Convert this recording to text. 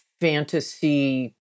fantasy